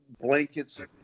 blankets